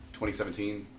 2017